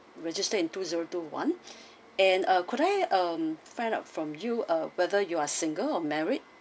register in two zero two one and uh could I um find out from you ah whether you are single or married